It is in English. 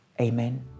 amen